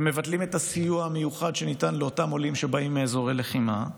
גם מבטלים את הסיוע המיוחד שניתן לאותם עולים שבאים מאזורי לחימה,